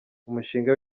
umushinga